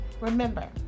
Remember